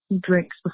drinks